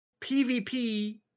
PvP